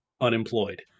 Unemployed